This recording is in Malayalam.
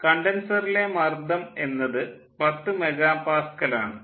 കണ്ടൻസറിലെ മർദ്ദം എന്നത് 10 മെഗാപാസ്ക്കൽ ആണ്